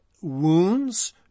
wounds